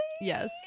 Yes